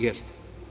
Jeste.